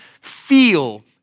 feel